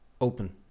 open